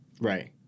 Right